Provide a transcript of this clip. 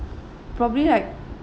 probably like